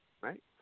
Right